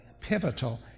pivotal